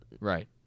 Right